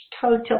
total